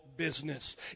business